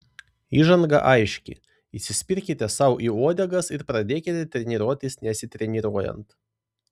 įžanga aiški įsispirkite sau į uodegas ir pradėkite treniruotis nesitreniruojant